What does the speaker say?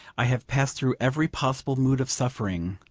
i have passed through every possible mood of suffering.